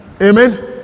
Amen